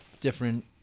different